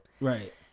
Right